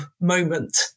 moment